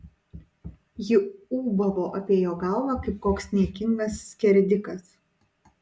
ji ūbavo apie jo galvą kaip koks niekingas skerdikas